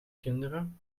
kinderen